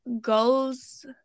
goes